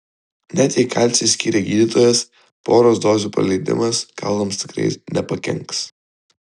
net jei kalcį skyrė gydytojas poros dozių praleidimas kaulams tikrai nepakenks